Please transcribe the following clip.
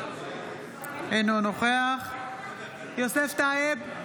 אינו נוכח יוסף טייב,